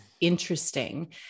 interesting